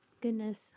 Goodness